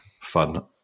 fun